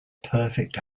perfect